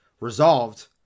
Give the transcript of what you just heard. Resolved